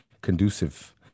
conducive